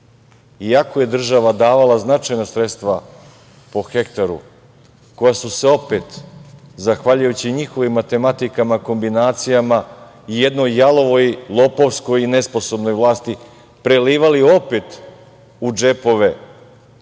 iako je država davala značajna sredstva po hektaru koja su se opet, zahvaljujući njihovim matematikama, kombinacijama i jednoj jalovoj lopovskoj i nesposobnoj vlasti, prelivali opet u džepove